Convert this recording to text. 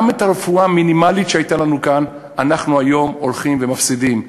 גם את הרפואה המינימלית שהייתה לנו כאן אנחנו היום הולכים ומפסידים.